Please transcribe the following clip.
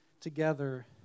together